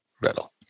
riddle